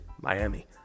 Miami